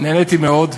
נהניתי מאוד.